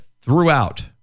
throughout